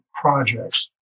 projects